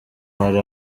hari